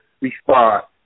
response